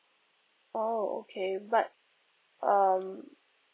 oh okay but um